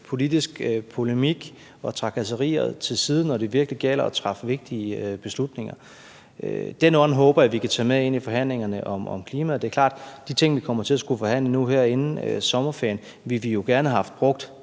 politisk polemik og trakasserier til side, når det virkelig gælder, og træffe vigtige beslutninger. Den ånd håber jeg vi kan tage med ind i forhandlingerne om klimaet. Det er klart, at de ting, vi kommer til at skulle forhandle om her inden sommerferien, ville vi jo gerne have haft